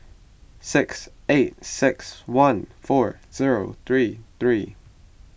six eight six one four zero three three